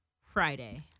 Friday